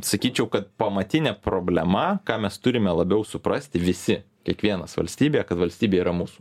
sakyčiau kad pamatinė problema ką mes turime labiau suprasti visi kiekvienas valstybėje kad valstybė yra mūsų